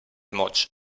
mots